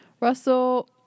Russell